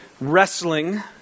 wrestling